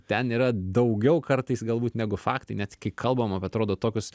ten yra daugiau kartais galbūt negu faktai net kai kalbam apie atrodo tokius